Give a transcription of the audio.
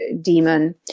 demon